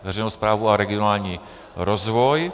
Veřejnou správu a regionální rozvoj.